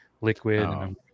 liquid